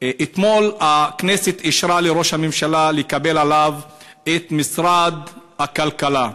אתמול הכנסת אישרה לראש הממשלה לקבל עליו את משרד הכלכלה.